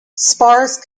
sparse